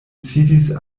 sidis